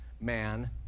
man